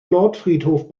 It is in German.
nordfriedhof